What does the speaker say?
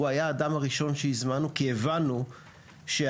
הוא היה האדם הראשון שהזמנו כי הבנו שהעיר